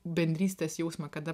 bendrystės jausmą kada